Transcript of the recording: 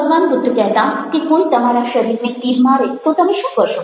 ભગવાન બુદ્ધ કહેતા કે કોઈ તમારા શરીરને તીર મારે તો તમે શું કરશો